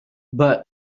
but